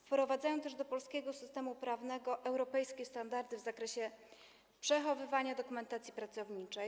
Wprowadzają też do polskiego systemu prawnego europejskie standardy w zakresie przechowywania dokumentacji pracowniczej.